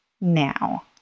now